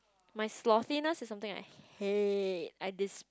my sloppiness is something that I hate I